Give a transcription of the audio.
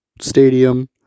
stadium